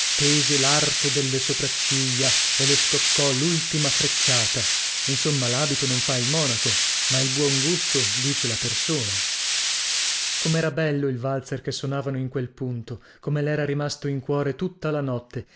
tese larco delle sopracciglia e le scoccò lultima frecciata insomma labito non fa il monaco ma il buon gusto dice la persona comera bello il valzer che sonavano in quel punto come lera rimasto in cuore tutta la notte